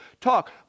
talk